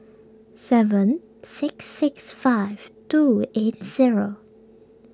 seven six six five two eight zero